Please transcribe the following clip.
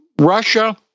Russia